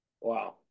Wow